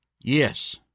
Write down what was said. Yes